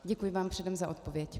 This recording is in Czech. Děkuji vám předem za odpověď.